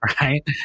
Right